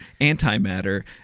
antimatter